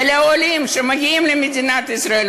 ולעולים שמגיעים למדינת ישראל,